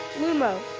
lumos.